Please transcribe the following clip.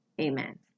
Amen